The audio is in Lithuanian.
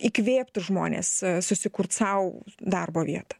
įkvėptų žmones susikurt sau darbo vietą